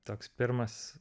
toks pirmas